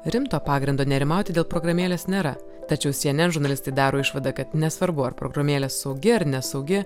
rimto pagrindo nerimauti dėl programėlės nėra tačiau cnn žurnalistai daro išvadą kad nesvarbu ar programėlė saugi ar nesaugi